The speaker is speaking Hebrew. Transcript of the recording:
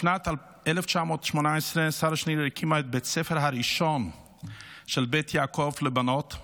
בשנת 1918 שרה שנירר הקימה את בית הספר הראשון של בית יעקב לבנות.